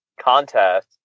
contest